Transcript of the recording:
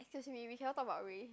excuse me we cannot talk about race